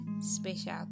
special